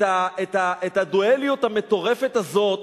את הדואליות המטורפת הזאת,